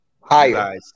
Higher